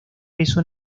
peso